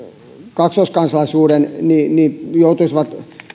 kaksoiskansalaisuuden joutuisivat tuomiolle